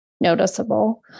noticeable